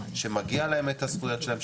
שמגיע להם את הזכויות שלהם,